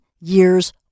years